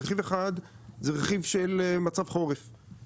רכיב אחד זה רכיב של מצב חורף,